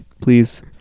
please